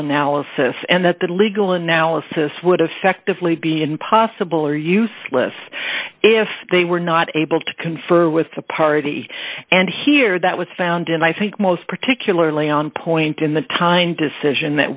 analysis and that the legal analysis would affect the fleet be impossible or useless if they were not able to confer with the party and here that was found and i think most particularly on point in the time decision that